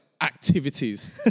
Activities